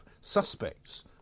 suspects